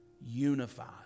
unified